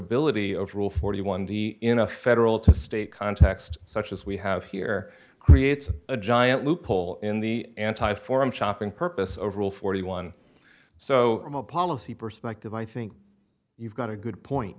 applicability of rule forty one d in a federal to state context such as we have here creates a giant loophole in the anti forum shopping purpose overall forty one so from a policy perspective i think you've got a good point